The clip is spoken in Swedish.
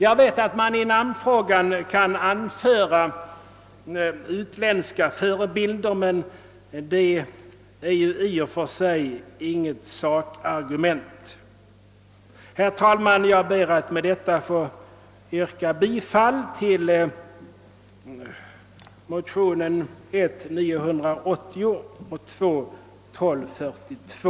Jag vet att man i namnfrågan kan anföra utländska förebilder, men detta är i och för sig inget sakargument. Herr talman! Jag ber att med detta få yrka bifall till motionen nr I: 980 och II: 1242.